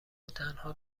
وتنها